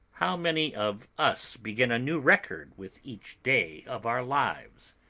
how many of us begin a new record with each day of our lives?